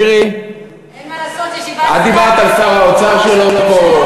מירי, את דיברת על שר האוצר שלא פה.